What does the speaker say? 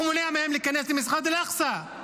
הוא מונע מהם להיכנס למסגד אל-אקצא.